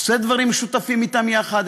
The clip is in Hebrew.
עושים דברים משותפים איתם יחד.